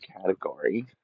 category